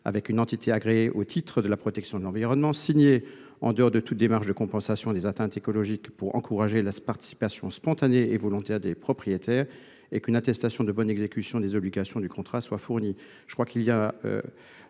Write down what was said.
avec une entité agréée au titre de la protection de l’environnement et signés en dehors de toute démarche de compensation des atteintes écologiques pour encourager la participation spontanée et volontaire des propriétaires. De plus, une attestation de bonne exécution des obligations du contrat devra être fournie. Parmi nos